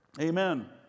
Amen